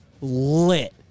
lit